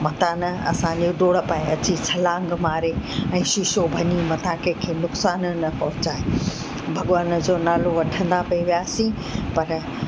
मता न असांजे डोड़ पाए अची छलांग मारे ऐं शीशो भंॼी मथां कंहिं खे नुक़सानु न पहुचाए भॻवान जो नालो वठंदा पेई वियासीं पर